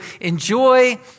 enjoy